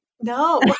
No